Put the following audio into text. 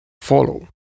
follow